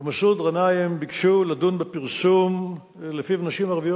ומסעוד גנאים ביקשו לדון בפרסום שלפיו נשים ערביות